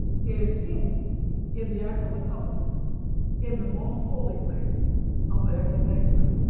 it is hidden in the ark of the covenant in the most holy place of the heavenly sanctuary,